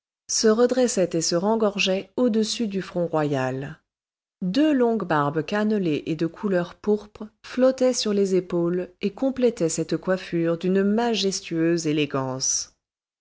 se redressait et se rengorgeait au-dessus du front royal deux longues barbes cannelées et de couleur pourpre flottaient sur les épaules et complétaient cette coiffure d'une majestueuse élégance